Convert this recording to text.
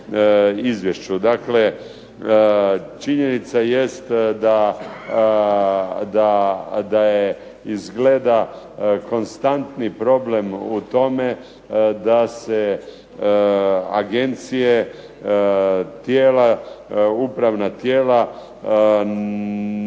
izvješću. Dakle, činjenica jest da je izgleda konstantni problem u tome da se agencije, tijela,